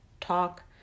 talk